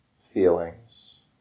feelings